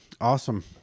awesome